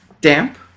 Damp